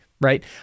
Right